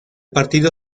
partido